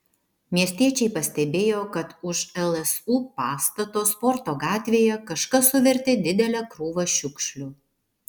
miestiečiai pastebėjo kad už lsu pastato sporto gatvėje kažkas suvertė didelę krūvą šiukšlių